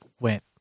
went